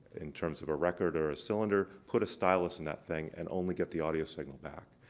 in terms of a record or a cylinder, put a stylus in that thing and only get the audio signal back.